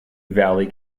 valley